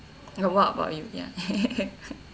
uh what about you ya